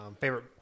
Favorite